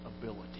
ability